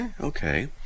okay